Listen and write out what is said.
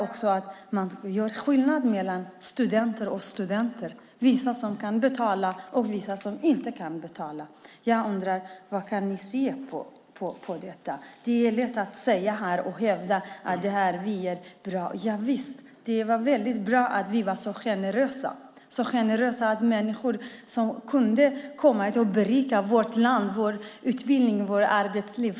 Man gör skillnad mellan studenter och studenter, mellan dem som kan betala och dem som inte kan betala. Hur ser ni på detta? Det är lätt att hävda att Sverige är bra. Visst är det bra att Sverige är generöst, så generöst att människor kan komma hit och berika vårt land, vår utbildning och vårt arbetsliv.